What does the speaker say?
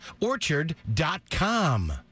Orchard.com